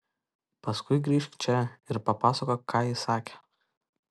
paskui grįžk čia ir papasakok ką jis sakė